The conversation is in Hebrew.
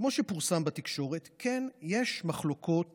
כמו שפורסם בתקשורת, כן, יש מחלוקות